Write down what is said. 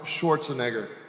Schwarzenegger